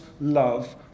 love